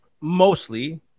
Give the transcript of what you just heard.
mostly